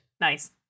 Nice